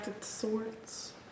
swords